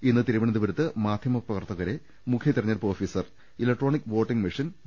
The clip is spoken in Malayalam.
ഇന്ന് തിരുവന ന്തപുരത്ത് മാധ്യമ പ്രവർത്തകരെ മുഖ്യതെരഞ്ഞെടുപ്പ് officer electronic voting machine V